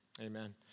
Amen